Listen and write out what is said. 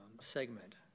segment